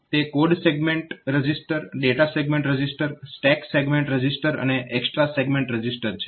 તે code segment register data segment register stack segment register અને extra segment register છે